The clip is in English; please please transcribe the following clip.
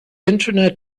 internet